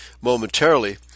momentarily